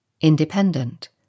independent